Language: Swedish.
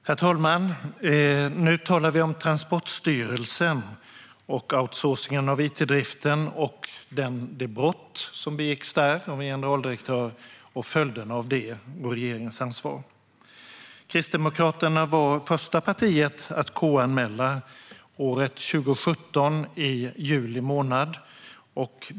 Herr talman! Nu talar vi om Transportstyrelsen och outsourcingen av it-driften samt de brott som begicks där av en generaldirektör, följderna av dem och regeringens ansvar. Kristdemokraterna var första parti att KU-anmäla 2017, i juli månad.